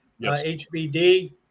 hbd